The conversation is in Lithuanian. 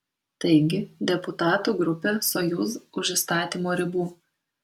taigi deputatų grupė sojuz už įstatymo ribų